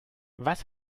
was